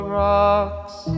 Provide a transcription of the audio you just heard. rocks